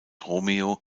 romeo